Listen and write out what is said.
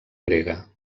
grega